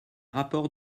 rapport